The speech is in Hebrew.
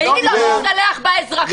ושהיא לא תשתלח באזרחים.